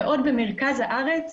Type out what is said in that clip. ועוד במרכז הארץ,